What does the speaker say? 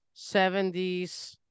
70s